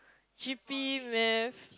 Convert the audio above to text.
G P math